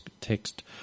text